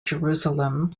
jerusalem